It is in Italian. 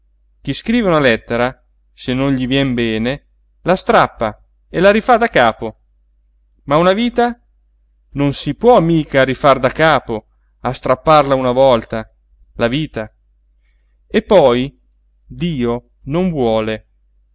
chi scrive una lettera se non gli vien bene la strappa e la rifà da capo ma una vita non si può mica rifar da capo a strapparla una volta la vita e poi dio non vuole